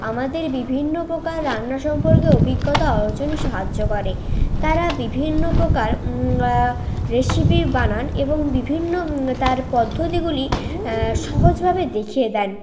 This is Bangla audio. আমাদের বিভিন্ন প্রকার রান্না সম্পর্কে অভিজ্ঞতা অর্জনে সাহায্য করে তারা বিভিন্ন প্রকার রেসিপি বানান এবং বিভিন্ন তার পদ্ধতিগুলি সহজভাবে দেখিয়ে দেন